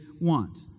want